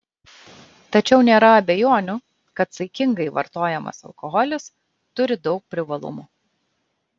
tačiau nėra abejonių kad saikingai vartojamas alkoholis turi daug privalumų